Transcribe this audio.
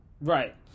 right